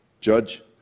Judge